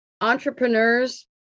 entrepreneurs